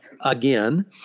again